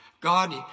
God